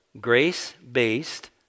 grace-based